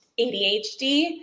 ADHD